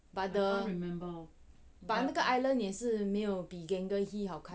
but the but 那个 island 也是没有比 gangehi 好看